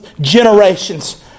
generations